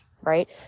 right